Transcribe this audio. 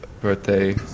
birthday